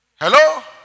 Hello